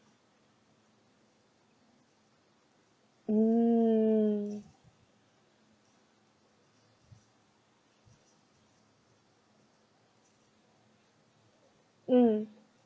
mm mm